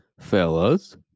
fellas